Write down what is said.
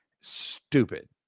stupid